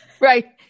right